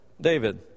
David